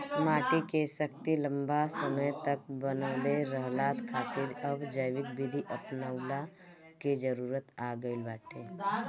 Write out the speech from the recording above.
माटी के शक्ति लंबा समय तक बनवले रहला खातिर अब जैविक विधि अपनऊला के जरुरत आ गईल बाटे